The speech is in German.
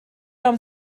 haben